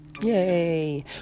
yay